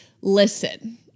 listen